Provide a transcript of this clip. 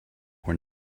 were